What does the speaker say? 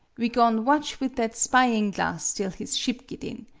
we go'n' watch with that spying-glasstill his ship git in.